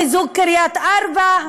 חיזוק קריית-ארבע,